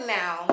now